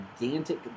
gigantic